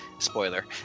spoiler